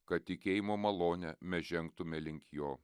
kad tikėjimo malone mes žengtume link jo